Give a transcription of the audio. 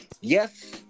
yes